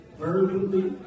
verbally